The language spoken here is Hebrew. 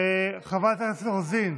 חברת הכנסת רוזין.